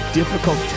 difficult